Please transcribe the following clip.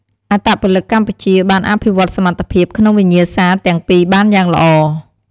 អត្តពលិកកម្ពុជាបានអភិវឌ្ឍសមត្ថភាពក្នុងវិញ្ញាសាទាំងពីរបានយ៉ាងល្អ។